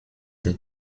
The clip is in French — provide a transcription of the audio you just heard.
des